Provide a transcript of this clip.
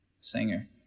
singer